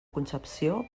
concepció